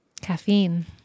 Caffeine